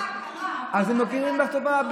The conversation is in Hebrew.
אז נותנים להן בצבא,